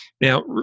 Now